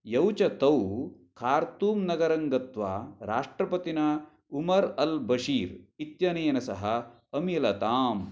यौ च तौ खार्तूम् नगरं गत्वा राष्ट्रपतिना उमर् अल् बशीर् इत्यनेन सह अमिलताम्